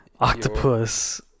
octopus